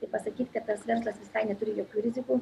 ir pasakyti kad tas verslas visai neturi jokių rizikų